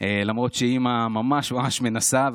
למרות שאימא ממש ממש מנסה,